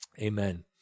Amen